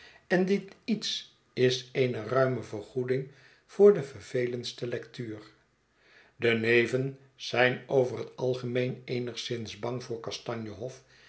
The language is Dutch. en dit iets is eene ruime vergoeding voor de vervelendste lectuur de neven zijn over het algemeen eenigszins bang voor kastanje hof